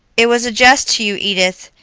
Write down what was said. it was a jest to you, edith,